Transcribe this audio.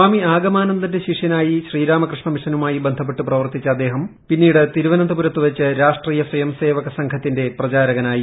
സ്വാമി ആഗമാനന്ദന്റെ ശിഷ്യനായി ശ്രീരാമകൃഷ്ണ മിഷനുമായി ബന്ധപ്പെട്ട് പ്രവർത്തിച്ചു അദ്ദേഹം പിന്നീട് തിരുവനന്തപുരത്ത് വെച്ച് രാഷ്ട്രീയ സ്വയംസേവക സംഘത്തിന്റെ പ്രചാരകനായി